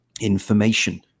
information